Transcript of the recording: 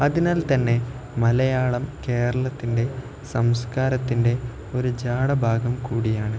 അതിനാൽ തന്നെ മലയാളം കേരളത്തിൻ്റെ സംസ്കാരത്തിൻ്റെ ഒരു ഭാഗം കൂടിയാണ്